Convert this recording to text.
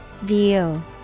View